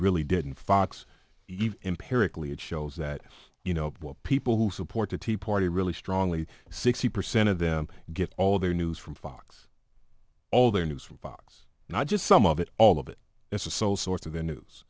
really didn't fox empirically it shows that you know people who support the tea party really strongly sixty percent of them get all their news from fox all their news from fox not just some of it all of it as a sole source of the news